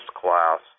class